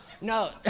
No